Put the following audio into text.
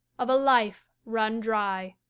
of a life run dry.